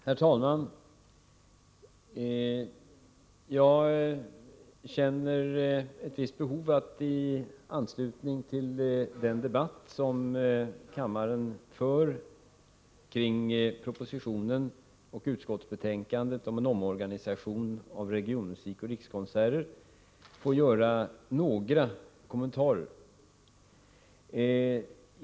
Herr talman! Jag känner ett visst behov av att i anslutning till den debatt som kammaren för kring propositionen och utskottsbetänkandet om en omorganisation av regionmusik och rikskonserter få göra några kommentarer.